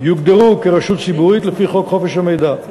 יוגדרו כרשות ציבורית לפי חוק חופש המידע.